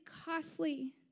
costly